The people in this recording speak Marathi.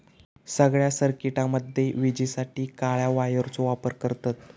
सगळ्या सर्किटामध्ये विजेसाठी काळ्या वायरचो वापर करतत